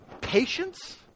patience